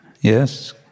Yes